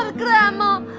grahamo!